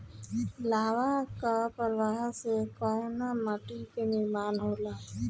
लावा क प्रवाह से कउना माटी क निर्माण होला?